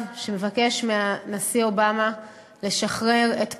שמבקש מהנשיא אובמה לשחרר את פולארד.